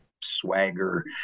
swagger